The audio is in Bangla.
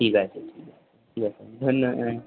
ঠিক আছে ঠিক আছে ঠিক আছে ধন্য হুম